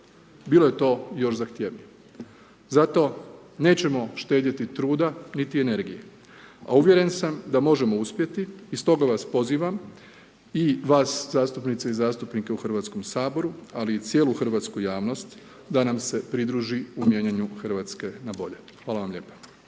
bilo je to još zahtjevnije. Zato nećemo štedjeti truda niti energije. A uvjeren sam da možemo uspjeti, stoga vas pozivam i vas zastupnice i zastupnike u Hrvatskom saboru, ali i cijelu hrvatsku javnost da nam se pridruži u mijenjanju Hrvatske na bolje. Hvala vam lijepo.